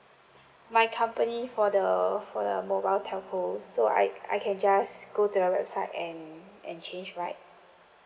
my company for the for the mobile telco so I I can just go to the website and and change right